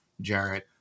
Jared